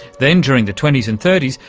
then, during the twenties and thirties,